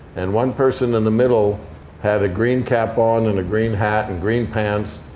and one person in the middle had a green cap on, and a green hat, and green pants,